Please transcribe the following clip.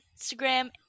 Instagram